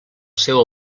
seu